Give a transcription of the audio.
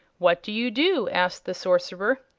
what do you do? asked the sorcerer.